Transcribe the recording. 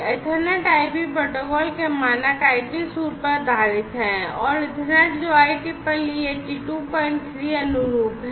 Ethernet IP protocol के मानक IP suite पर आधारित है और ईथरनेट जो IEEE 823 अनुरूप है